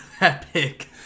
Epic